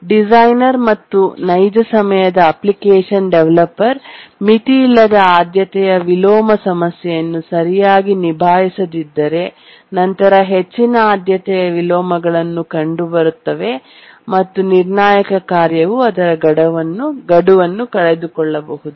designer ಮತ್ತು ನೈಜ ಸಮಯದ ಅಪ್ಲಿಕೇಶನ್ ಡೆವಲಪರ್ ಮಿತಿಯಿಲ್ಲದ ಆದ್ಯತೆಯ ವಿಲೋಮ ಸಮಸ್ಯೆಯನ್ನು ಸರಿಯಾಗಿ ನಿಭಾಯಿಸದಿದ್ದರೆ ನಂತರ ಹೆಚ್ಚಿನ ಆದ್ಯತೆಯ ವಿಲೋಮಗಳು ಕಂಡುಬರುತ್ತವೆ ಮತ್ತು ನಿರ್ಣಾಯಕ ಕಾರ್ಯವು ಅದರ ಗಡುವನ್ನು ಕಳೆದುಕೊಳ್ಳಬಹುದು